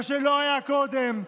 מה שלא היה קודם.